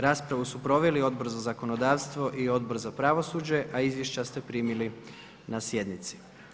Raspravu su proveli Odbor za zakonodavstvo i Odbor za pravosuđe, a izvješća ste primili na sjednici.